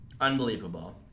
Unbelievable